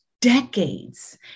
decades